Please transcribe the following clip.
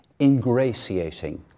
ingratiating